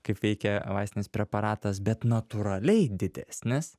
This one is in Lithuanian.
kaip veikia vaistinis preparatas bet natūraliai didesnis